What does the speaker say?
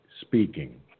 speaking